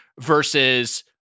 versus